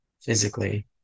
physically